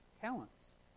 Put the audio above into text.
talents